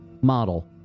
Model